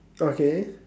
okay